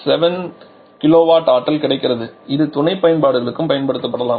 7 KW ஆற்றல் கிடைக்கிறது இது துணை பயன்பாடுகளுக்கும் பயன்படுத்தப்படலாம்